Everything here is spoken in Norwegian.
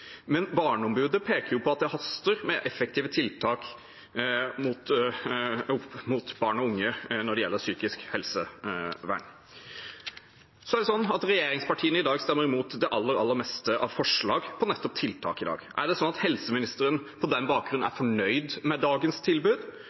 Men barneombudet peker på at det haster med effektive tiltak for barn og unge når det gjelder psykisk helsevern. Regjeringspartiene stemmer i dag mot det aller, aller meste av forslag på nettopp tiltak. Er det sånn at helseministeren på den bakgrunn er fornøyd med dagens tilbud,